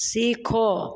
सीखो